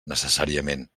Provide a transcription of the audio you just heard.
necessàriament